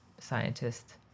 scientist